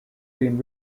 been